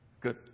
Good